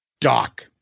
Doc